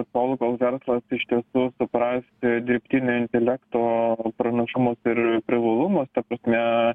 tol kol verslas iš tiesų supras dirbtinio intelekto pranašumus ir privalumus ta prasme